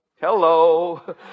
Hello